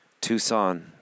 Tucson